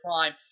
prime